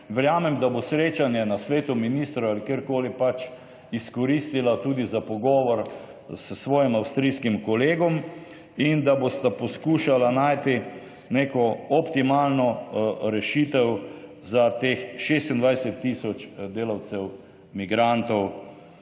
verjamem da bo srečanje na svetu ministrov ali kjerkoli, izkoristila tudi za pogovor s svojim avstrijskim kolegom, in da bosta poskušala najti neko optimalno rešitev za teh 26 tisoč delavcev migrantov,